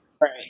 Right